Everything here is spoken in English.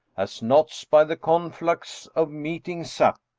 as knots, by the conflux of meeting sap,